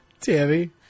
Tammy